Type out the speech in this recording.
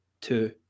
two